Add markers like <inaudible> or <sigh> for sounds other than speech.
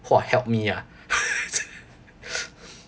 !wah! help me ah <laughs>